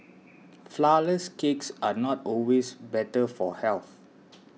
Flourless Cakes are not always better for health